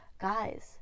guys